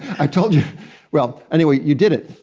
i told you well, anyway, you did it.